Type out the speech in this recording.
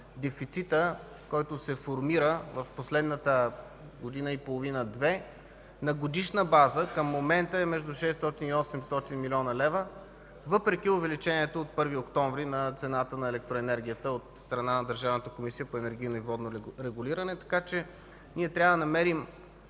дефицитът, който се формира в последните година и половина – две, на годишна база е между 600 и 800 млн. лв., въпреки увеличението от 1 октомври 2014 г. на цената на електроенергията от страна на Държавната комисия за енергийно и водно регулиране. Ние трябва да намерим